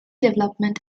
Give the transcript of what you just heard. development